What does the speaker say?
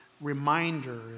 reminder